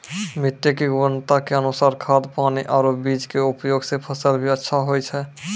मिट्टी के गुणवत्ता के अनुसार खाद, पानी आरो बीज के उपयोग सॅ फसल भी अच्छा होय छै